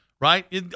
right